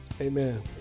Amen